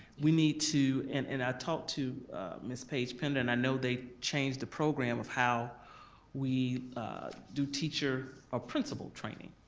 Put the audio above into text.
we need to, and and i talked to ms. paige pender and i know they changed the program of how we do teacher or principal training.